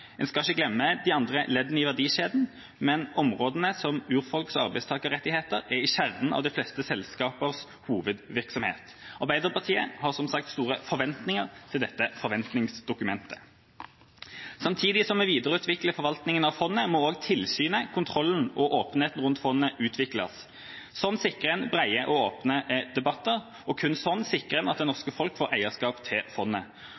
En skal ikke glemme de andre leddene i verdikjeden, men områder som urfolks- og arbeidstakerrettigheter er i kjernen av de fleste selskapers hovedvirksomhet. Arbeiderpartiet har som sagt store forventninger til dette forventningsdokumentet. Samtidig som vi videreutvikler forvaltninga av fondet, må også tilsynet, kontrollen og åpenheten rundt fondet utvikles. Slik sikrer en brede og åpne debatter, og kun slik sikrer en at det norske folk får eierskap til fondet.